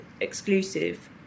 exclusive